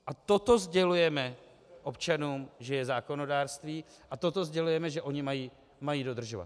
A toto sdělujeme občanům, že je zákonodárství, a toto sdělujeme, že oni mají dodržovat.